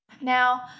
Now